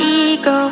ego